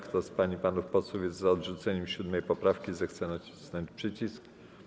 Kto z pań i panów posłów jest za odrzuceniem 7. poprawki, zechce nacisnąć przycisk.